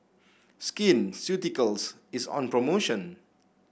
Skin Ceuticals is on promotion